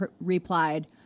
replied